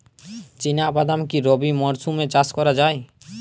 চিনা বাদাম কি রবি মরশুমে চাষ করা যায়?